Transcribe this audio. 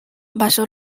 baso